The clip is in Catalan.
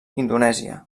indonèsia